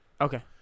Okay